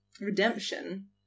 redemption